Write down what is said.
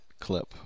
clip